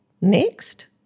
next